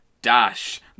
Dash